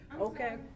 Okay